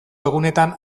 egunetan